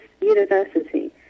university